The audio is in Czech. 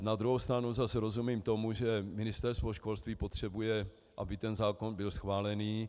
Na druhou stranu zase rozumím tomu, že Ministerstvo školství potřebuje, aby ten zákon byl schválen.